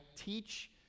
teach